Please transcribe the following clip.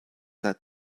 that